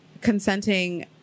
consenting